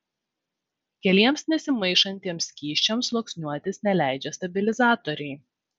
keliems nesimaišantiems skysčiams sluoksniuotis neleidžia stabilizatoriai